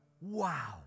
Wow